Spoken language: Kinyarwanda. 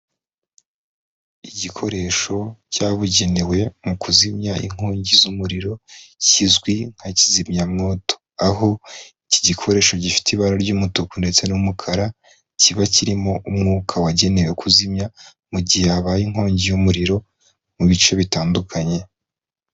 Igikoresho cyabugenewe mu kuzimya inkongi z'umuriro kizwi nka kizimyamwoto, aho iki gikoresho gifite ibara ry'umutuku ndetse n'umukara kiba kirimo umwuka wagenewe kuzimya mu gihe habaye inkongi y'umuriro mu bice bitandukanye.